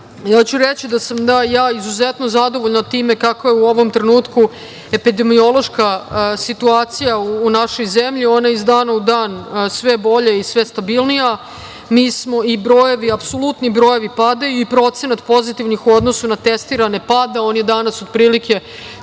reći ću da sam izuzetno zadovoljna time kakva je u ovom trenutku epidemiološka situacija u našoj zemlji. Ona je iz dana u dan sve bolja i sve stabilnija. Apsolutni brojevi padaju i procenat pozitivnih u odnosu na testirane pada. On je danas otprilike